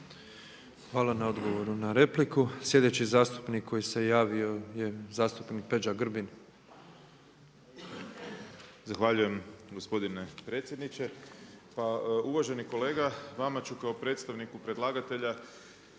Hvala na odgovoru na repliku. Sljedeći zastupnik koji se javio je zastupnik Peđa Grbin. **Grbin, Peđa (SDP)** Zahvaljujem gospodine predsjedniče. Pa uvaženi kolega vama ću kao predstavniku predlagatelja